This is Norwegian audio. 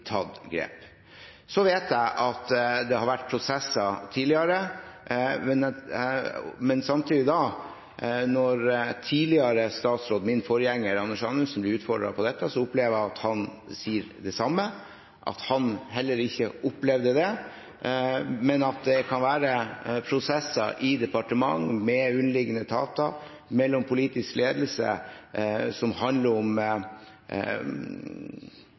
tatt grep. Jeg vet at det har vært prosesser tidligere, men da min forgjenger, Anders Anundsen, ble utfordret på dette, opplevde jeg at han sa det samme, at heller ikke han opplevde det, men at det kan være prosesser i departementer med underliggende etater, mellom politisk ledelse, som handler om